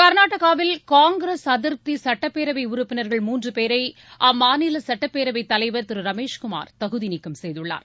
கர்நாடகாவில் காங்கிரஸ் அதிருப்தி சுட்டபேரவை உறுப்பினர்கள் மூன்று பேரை அம்மாநில சட்டப்பேரவை தலைவர் திரு ரமேஷ் குமார் தகுதி நீக்கம் செய்துள்ளார்